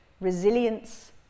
resilience